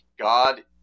God